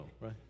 right